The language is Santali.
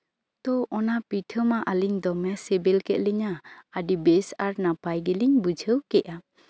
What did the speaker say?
ᱛᱚ ᱚᱱᱟ ᱯᱤᱴᱷᱟᱹ ᱢᱟ ᱟᱞᱤᱧ ᱫᱚᱢᱮ ᱥᱤᱵᱤᱞ ᱠᱮᱜ ᱞᱤᱧᱟ ᱟᱹᱰᱤ ᱵᱮᱥ ᱟᱨ ᱱᱟᱯᱟᱭ ᱜᱮᱞᱤᱧ ᱵᱩᱡᱷᱟᱹᱣ ᱠᱮᱜᱼᱟ